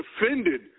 offended